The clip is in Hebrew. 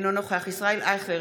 אינו נוכח ישראל אייכלר,